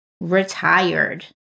retired